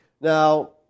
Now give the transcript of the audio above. Now